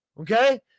Okay